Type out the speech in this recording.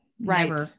right